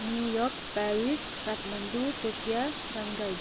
New York Paris Kathmandu Tokyo Shanghai